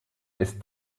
ist